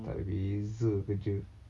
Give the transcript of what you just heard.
takde beza kerja